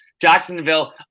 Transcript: Jacksonville